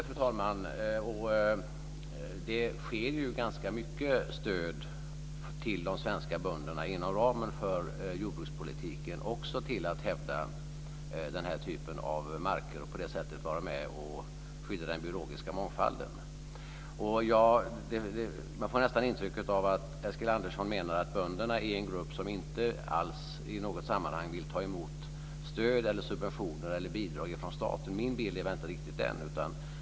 Fru talman! Jovisst vill jag göra det, och det betalas ju ut ganska mycket stöd till de svenska bönderna inom ramen för jordbrukspolitiken också för att hävda den här typen av marker och på det sättet vara med och skydda den biologiska mångfalden. Man får nästan intrycket av att Eskil Erlandsson menar att bönderna är en grupp som inte alls i något sammanhang vill ta emot stöd, bidrag eller subventioner från staten. Min bild är väl inte riktigt densamma.